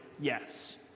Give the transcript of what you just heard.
yes